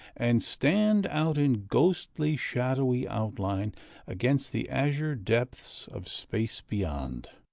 and stand out in ghostly, shadowy outline against the azure depths of space beyond.